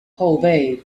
后被